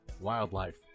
Wildlife